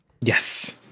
Yes